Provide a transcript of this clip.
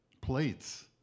Plates